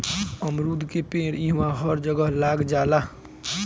अमरूद के पेड़ इहवां हर जगह लाग जाला